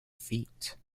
feat